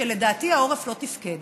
שלדעתי העורף לא תפקד.